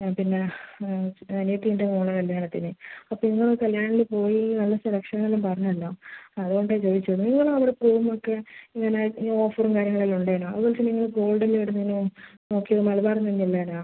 ആ പിന്നെ അനിയത്തിൻ്റെ മോളെ കല്ല്യാണത്തിന് അപ്പോൾ നിങ്ങൾ കല്യാണിൽ പോയി നല്ല സെലക്ഷൻ എല്ലാം പറഞ്ഞല്ലോ അതുകൊണ്ടാണ് ചോദിച്ചത് നിങ്ങൾ അവിടെ പോവുമ്പോഴൊക്കെ ഇങ്ങനെ ഈ ഓഫറും കാര്യങ്ങൾ എല്ലാം ഉണ്ടായിനോ അതുപോലെ തന്നെ നിങ്ങളെ ഗോൾഡ് എല്ലാം എവിടുന്നേനു നോക്കിയത് മലബാറിന്ന് തന്നെ അല്ലേനാ